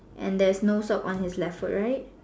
and then there's no shop on his left foot right